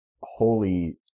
holy